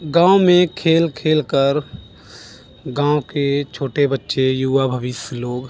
गाँव में खेल खेल कर गाँव के छोटे बच्चे युवा भविष्य लोग